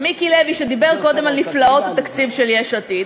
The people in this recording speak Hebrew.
מיקי לוי שדיבר קודם על נפלאות התקציב של יש עתיד.